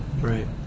Right